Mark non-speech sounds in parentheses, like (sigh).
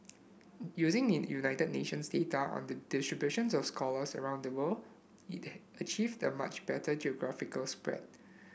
using in United Nations data on the distributions of scholars around the world it (unintelligible) achieved a much better geographical spread